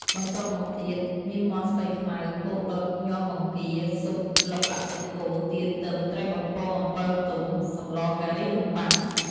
បន្ទាប់មកទៀត មានមាន់ស្ពៃខ្មៅ គោដុត ញាំបង្គា ស៊ុប ឡូឡាក់សាច់គោ ទាទឹម ត្រីបំពងអំបិសទុំ សម្លរការីនំប័ុង។